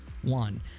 One